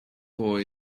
boy